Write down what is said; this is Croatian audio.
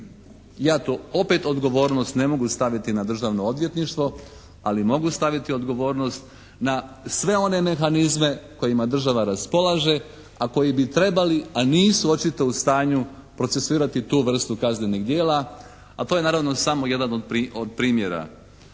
Ja to opet odgovornost ne mogu staviti na Državno odvjetništvo ali mogu staviti odgovornost na sve one mehanizme kojima država raspolaže a koji bi trebali a nisu očito u stanju procesuirati tu vrstu kaznenih djela, a to je naravno samo jedan od primjera.